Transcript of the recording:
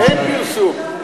אין פרסום.